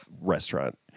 restaurant